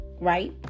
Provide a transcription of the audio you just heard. right